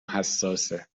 حساسه